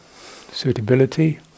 suitability